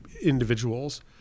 individuals